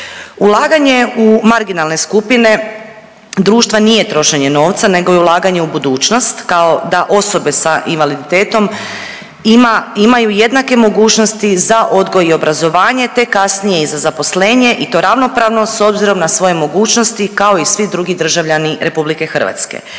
Ulaganje u marginalne skupine društva nije trošenje novca nego je ulaganje u budućnost kao da osobe sa invaliditetom ima, imaju jednake mogućnosti za odgoj i obrazovanje, te kasnije i za zaposlenje i to ravnopravno s obzirom na svoje mogućnosti kao i svi drugi državljani RH.